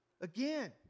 again